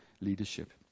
leadership